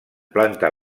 planta